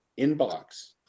inbox